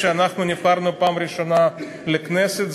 כשאנחנו נבחרנו בפעם הראשונה לכנסת,